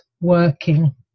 working